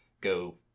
go